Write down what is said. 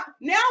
now